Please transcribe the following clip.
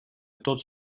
tots